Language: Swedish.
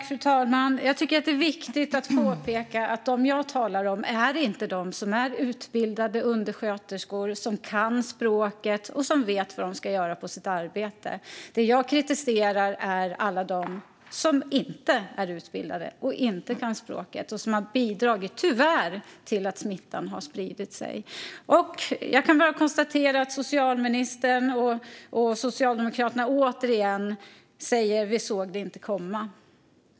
Fru talman! Det är viktigt att påpeka att jag inte talar om dem som är utbildade undersköterskor, som kan språket och som vet vad de ska göra på sitt arbete. Det som jag kritiserar är alla de som inte är utbildade, som inte kan språket och som tyvärr har bidragit till att smittan har spridit sig. Jag kan bara konstatera att socialministern och Socialdemokraterna återigen säger: "Vi såg det inte komma."